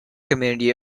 community